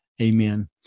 Amen